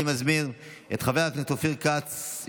אני מזמין את חבר הכנסת אופיר כץ,